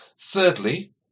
Thirdly